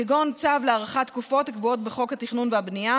כגון צו להארכת תקופות הקבועות בחוק התכנון הבנייה